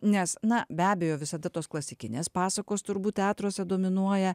nes na be abejo visada tos klasikinės pasakos turbūt teatruose dominuoja